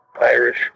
Irish